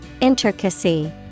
Intricacy